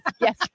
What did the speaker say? Yes